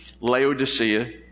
Laodicea